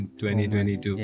2022